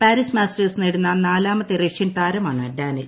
Paris Masters നേടുന്ന നാലാമത്തെ Russian താരമാണ് ഡാനിൽ